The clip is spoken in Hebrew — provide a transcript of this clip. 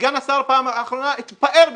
סגן השר בפעם האחרונה התפאר בזה,